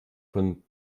von